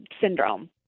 syndrome